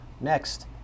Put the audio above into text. Next